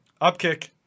Upkick